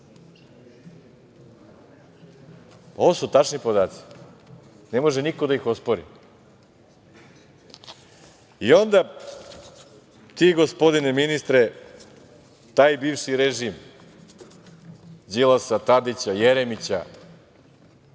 su tačni podaci i ne može niko da ih ospori. Onda ti, gospodine ministre, taj bivši režim, Đilasa, Tadića, Jeremića,